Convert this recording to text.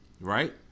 right